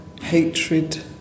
hatred